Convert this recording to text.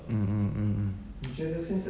mm mm mm mm